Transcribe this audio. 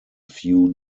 few